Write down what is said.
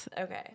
Okay